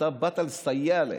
אתה באת לסייע להם.